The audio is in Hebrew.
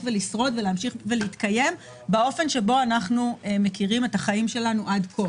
לשרוד ולהמשיך להתקיים באופן שבו אנחנו מכירים את החיים שלנו עד כה